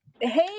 Hey